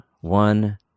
one